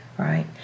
Right